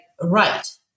right